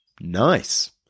nice